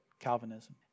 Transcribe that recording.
Calvinism